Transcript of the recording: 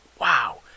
wow